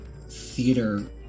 theater